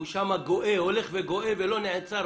הוא שם הולך וגואה ולא נעצר,